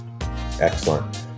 Excellent